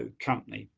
ah company.